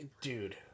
Dude